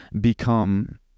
become